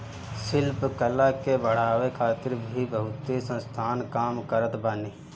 शिल्प कला के बढ़ावे खातिर भी बहुते संस्थान काम करत बाने